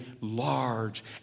large